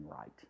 right